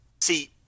See